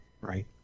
Right